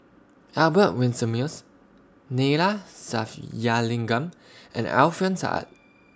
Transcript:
Albert Winsemius Neila Sathyalingam and Alfian Sa'at